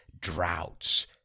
droughts